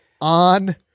on